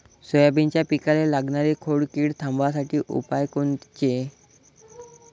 सोयाबीनच्या पिकाले लागनारी खोड किड थांबवासाठी उपाय कोनचे?